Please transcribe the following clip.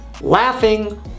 laughing